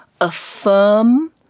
affirm